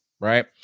right